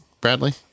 Bradley